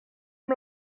amb